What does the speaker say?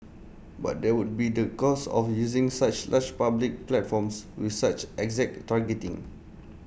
but there would be the cost of using such large public platforms with such exact targeting